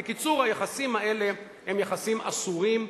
בקיצור, היחסים האלה הם יחסים אסורים,